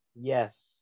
Yes